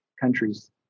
countries